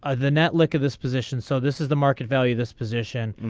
i then that look at this position so this is the market value this position.